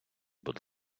будь